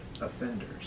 offenders